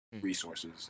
resources